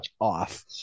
off